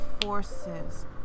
forces